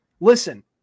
Listen